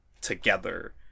together